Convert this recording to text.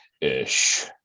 ish